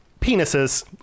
penises